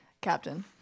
Captain